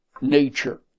nature